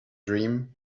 dream